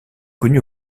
connue